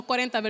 40